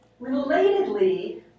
Relatedly